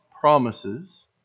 promises